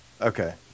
Okay